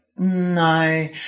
No